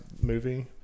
movie